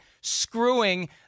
screwing